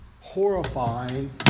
horrifying